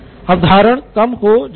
अवधारण कम हो जाएगा